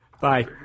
Bye